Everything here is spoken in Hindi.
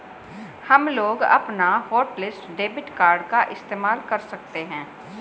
हमलोग अपना हॉटलिस्ट डेबिट कार्ड का इस्तेमाल कर सकते हैं